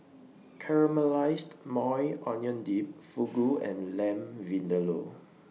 Caramelized Maui Onion Dip Fugu and Lamb Vindaloo